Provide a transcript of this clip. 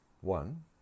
One